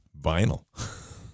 vinyl